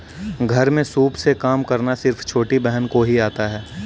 घर में सूप से काम करना सिर्फ छोटी बहन को ही आता है